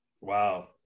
Wow